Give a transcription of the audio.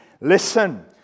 Listen